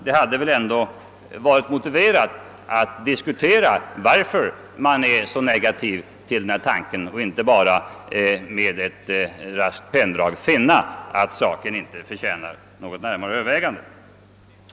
Det hade väl ändå varit motiverat att diskutera varför man i utskottet är så negativt inställd till denna tanke i stället för att på några rader förklara att saken inte förtjänar något närmare övervägande.